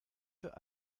für